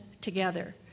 together